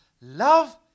love